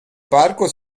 parco